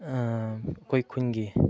ꯑꯩꯈꯣꯏ ꯈꯨꯟꯒꯤ